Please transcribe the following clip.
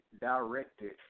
directed